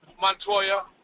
Montoya